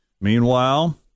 Meanwhile